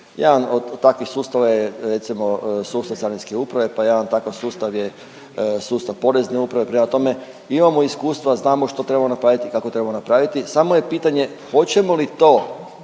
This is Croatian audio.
Jedan od takvih sustava je recimo sustav Carinske uprave, pa jedan takav sustav je sustav Porezne uprave. Prema tome, imamo iskustva, znamo što treba napraviti, kako treba napraviti samo je pitanje hoćemo li to,